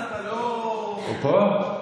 הוא פה?